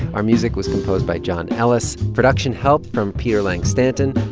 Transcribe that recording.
our music was composed by john ellis. production help from peter lang-stanton.